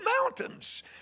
mountains